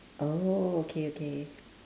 oh okay okay